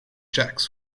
jacks